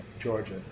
Georgia